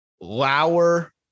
Lauer